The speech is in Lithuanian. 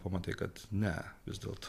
pamatai kad ne vis dėlto